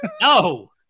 No